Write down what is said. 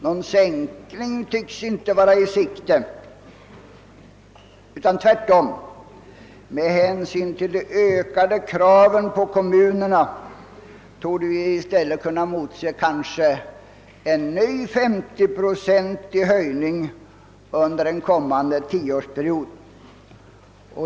Någon sänkning tycks inte vara i sikte, utan med hänsyn till de ökade kraven på kommunerna torde vi tvärtom kunna emotse en ny 50-procentig höjning under en kommande tioårsperiod.